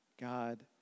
God